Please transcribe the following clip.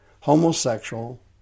homosexual